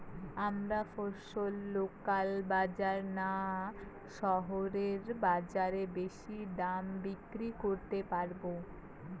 আমরা ফসল লোকাল বাজার না শহরের বাজারে বেশি দামে বিক্রি করতে পারবো?